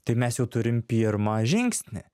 tai mes jau turim pirmą žingsnį